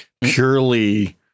purely